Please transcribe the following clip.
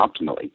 optimally